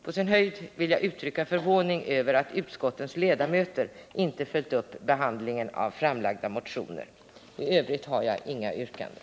På sin höjd vill jag uttrycka förvåning över att utskottens ledamöter inte följt upp behandlingen av framlagda motioner. I övrigt har jag inga yrkanden.